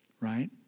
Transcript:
Right